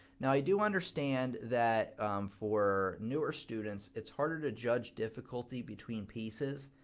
now, i do understand that for newer students it's harder to judge difficulty between pieces,